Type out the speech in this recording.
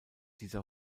dieser